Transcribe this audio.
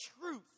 truth